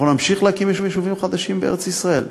אנחנו נמשיך להקים יישובים חדשים בארץ-ישראל.